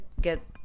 get